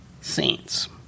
Saints